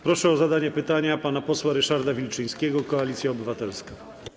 Proszę o zadanie pytania pana posła Ryszarda Wilczyńskiego, Koalicja Obywatelska.